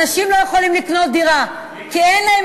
אנשים לא יכולים לקנות דירה כי אין להם